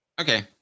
Okay